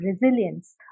resilience